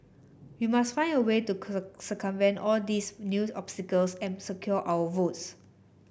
we must find a way to circumvent all these new obstacles and secure our votes